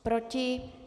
Proti?